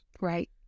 Right